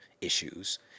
issues